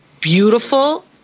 beautiful